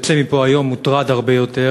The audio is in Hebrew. יוצא מפה היום מוטרד הרבה יותר.